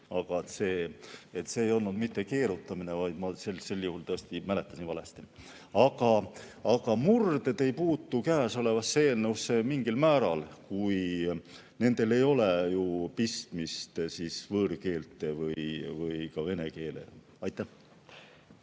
Aga see ei olnud mitte keerutamine, vaid ma tõesti mäletasin valesti. Aga murded ei puutu käesolevasse eelnõusse mingil määral, nendel ei ole ju pistmist võõrkeeltega, ka vene keelega. Aitäh!